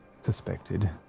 suspected